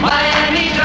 Miami